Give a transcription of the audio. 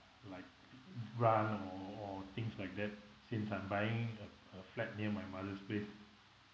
like grant or or things like that since I'm buying a a flat near my mother's place